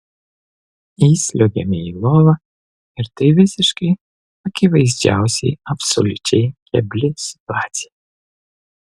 įsliuogiame į lovą ir tai visiškai akivaizdžiausiai absoliučiai kebli situacija